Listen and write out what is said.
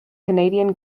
canadian